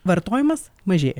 vartojimas mažėja